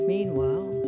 Meanwhile